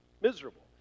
Miserable